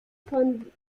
von